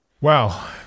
Wow